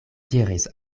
diris